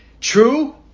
True